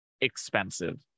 expensive